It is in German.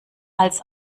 als